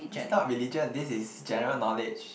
it's not religion this is general knowledge